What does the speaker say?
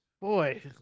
Boy